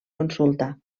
consulta